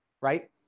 Right